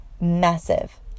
massive